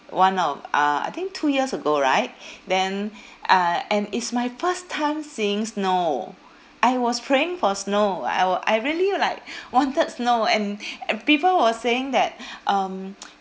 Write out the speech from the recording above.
one of uh I think two years ago right then uh and is my first time seeing snow I was praying for snow I wa~ I really like wanted snow and and people was saying that um